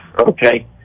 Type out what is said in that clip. Okay